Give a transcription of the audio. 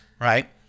right